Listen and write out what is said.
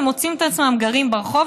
מוצאים את עצמם גרים ברחוב.